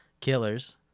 killers